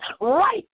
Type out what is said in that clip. right